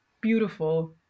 beautiful